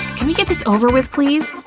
can we get this over with please?